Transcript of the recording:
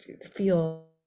feel